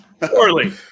Poorly